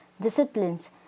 disciplines